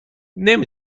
نمی